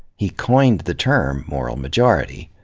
he coined the term moral majority.